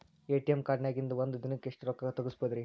ATM ಕಾರ್ಡ್ನ್ಯಾಗಿನ್ದ್ ಒಂದ್ ದಿನಕ್ಕ್ ಎಷ್ಟ ರೊಕ್ಕಾ ತೆಗಸ್ಬೋದ್ರಿ?